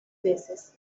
veces